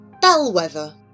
Bellwether